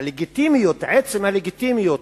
הלגיטימיות, עצם הלגיטימיות,